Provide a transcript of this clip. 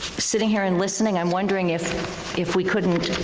sitting here and listening, i'm wondering if if we couldn't